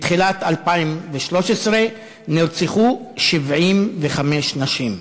מתחילת 2013, נרצחו 75 נשים,